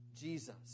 jesus